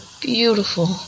beautiful